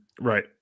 right